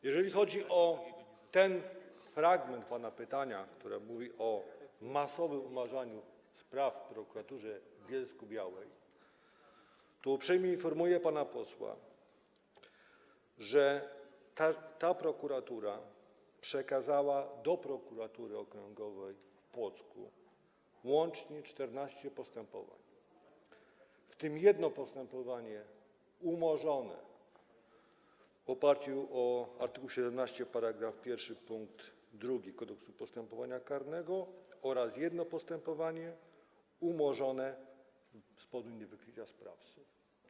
Jeżeli chodzi o ten fragment pana pytania, w którym mówi pan o masowym umarzaniu spraw w prokuraturze w Bielsku-Białej, to uprzejmie informuję pana posła, że ta prokuratura przekazała do Prokuratury Okręgowej w Płocku łącznie 14 postępowań, w tym jedno postępowanie umorzone w oparciu o art. 17 § 1 pkt 2 Kodeksu postępowania karnego oraz jedno postępowanie umorzone z powodu niewykrycia sprawców.